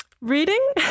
Reading